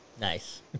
Nice